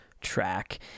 track